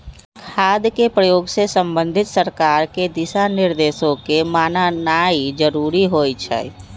खाद के प्रयोग से संबंधित सरकार के दिशा निर्देशों के माननाइ जरूरी होइ छइ